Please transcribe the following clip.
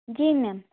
जी ma'am